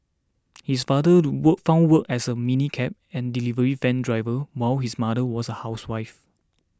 his father do wall found work as a minicab and delivery van driver while his mother was a housewife